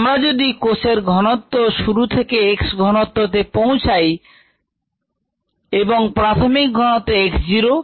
আমরা যদি কোষের ঘনত্ব শুরু থেকে x ঘনত্ব তে পৌঁছাতে চাই এবং প্রাথমিক ঘনত্ব x zero